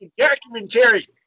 Documentary